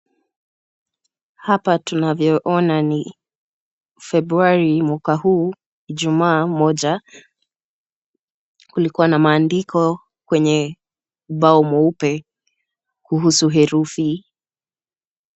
Hapa tunavyoona ni Februari mwaka huu Ijumaa moja. Kulikuwa na maadiko kwenye ubao mweupe kuhusu herufi.